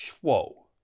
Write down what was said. whoa